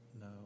No